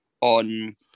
on